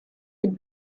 had